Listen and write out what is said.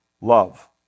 Love